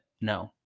no